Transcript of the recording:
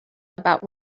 about